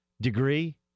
Degree